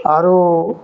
ଆରୁ